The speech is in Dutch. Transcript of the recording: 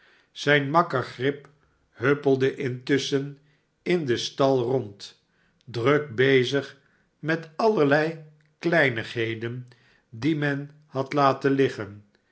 zijn makker grip huppelde intusschen in den stal rond druk bezig met allerlei kleinigheden die men had laten liggen